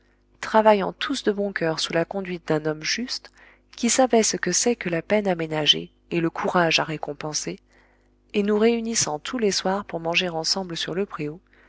travaillant tous de bon coeur sous la conduite d'un homme juste qui savait ce que c'est que la peine à ménager et le courage à récompenser et nous réunissant tous les soirs pour manger ensemble sur le préau